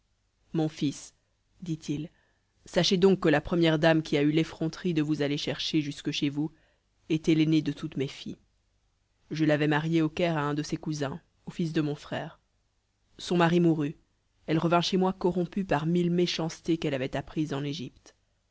mon fils dit-il sachez donc que la première dame qui a eu l'effronterie de vous aller chercher jusque chez vous était l'aînée de toutes mes filles je l'avais mariée au caire à un de ses cousins au fils de mon frère son mari mourut elle revint chez moi corrompue par mille méchancetés qu'elle avait apprises en égypte